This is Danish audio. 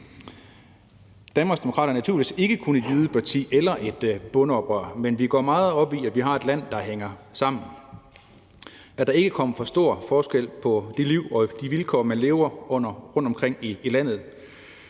Danmarksdemokraterne er naturligvis ikke kun et jydeparti eller et bondeoprør, men vi går meget op i, at vi har et land, der hænger sammen, at der ikke kommer for stor forskel på livet og de vilkår, man lever under rundtomkring i landet,